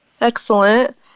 excellent